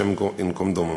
השם ייקום דמם,